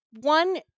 one